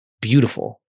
beautiful